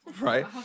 right